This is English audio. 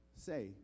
say